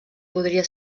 podria